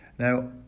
Now